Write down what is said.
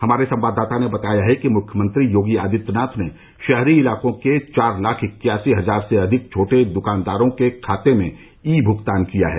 हमारे संवाददाता ने बताया है कि मुख्यमंत्री योगी आदित्यनाथ ने शहरी इलाके के चार लाख इक्यासी हजार से अधिक छोटे द्कानदारों के खाते में ई भुगतान किया है